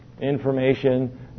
information